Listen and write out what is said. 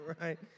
Right